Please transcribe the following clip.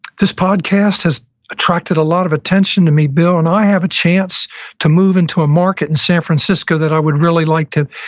this podcast has attracted a lot of attention to me, bill, and i have a chance to move into a market in san francisco that i would really like to,